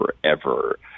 forever